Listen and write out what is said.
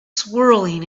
swirling